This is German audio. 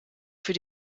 für